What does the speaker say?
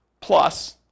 Plus